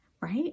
right